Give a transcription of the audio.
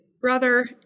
brother